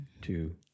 two